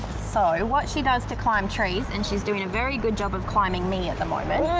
so what she does to climb trees, and she's doing a very good job of climbing me at the moment,